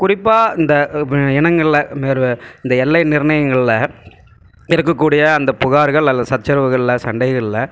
குறிப்பாக இந்த எப் இனங்கள்ல மேற்வ இந்த எல்லை நிர்ணயங்களில் இருக்கக்கூடிய அந்த புகார்கள் அல்ல சர்ச்சரவுகள்ல சண்டைகளில்